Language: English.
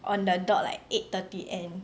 on the dot like eight thirty end